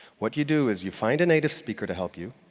what you do is you find a native speaker to help you,